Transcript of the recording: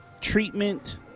treatment